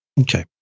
Okay